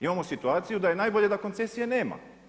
Imamo situaciju da je najbolje da koncesije nema.